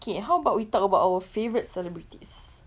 okay how about we talk about our favourite celebrities